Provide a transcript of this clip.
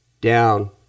Down